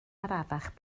arafach